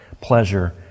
pleasure